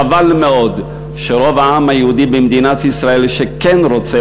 חבל מאוד שרוב העם היהודי במדינת ישראל שכן רוצה